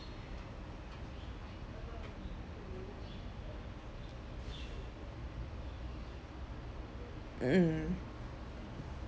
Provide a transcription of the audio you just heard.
mm